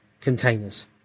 containers